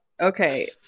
okay